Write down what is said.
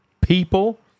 people